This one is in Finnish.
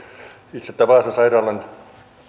itse tätä vaasan sairaalan